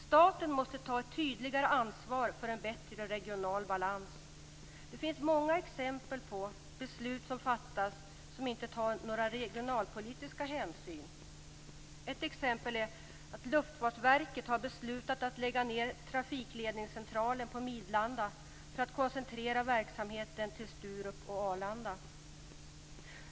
Staten måste ta ett tydligare ansvar för en bättre regional balans. Det finns många exempel på att beslut som inte tar några regionalpolitiska hänsyn fattas. Ett exempel är att Luftfartsverket har beslutat att lägga ned trafikledningscentralen på Midlanda för att koncentrera verksamheten till Sturup och Arlanda.